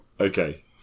Okay